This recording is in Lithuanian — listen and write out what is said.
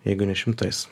jeigu ne šimtais